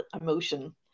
emotion